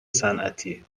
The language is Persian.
صنعتی